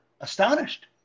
astonished